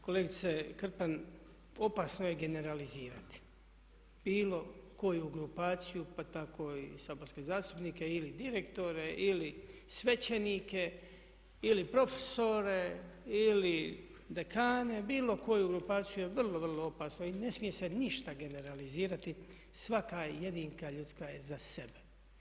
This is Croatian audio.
Kolegice Krpan opasno je generalizirati bilo koju grupaciju pa tako i saborske zastupnike ili direktore ili svećenike ili profesore ili dekane, bilo koju grupaciju je vrlo, vrlo opasno i ne smije se ništa generalizirati, svaka jedinka ljudska je za sebe.